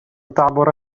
تعبر